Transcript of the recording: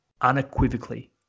unequivocally